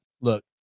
look